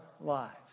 lives